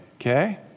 okay